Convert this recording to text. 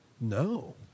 No